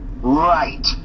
right